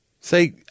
Say